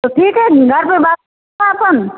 तो ठीक है